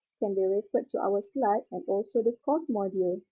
can be referred to our slide and also the course module.